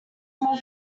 more